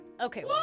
Okay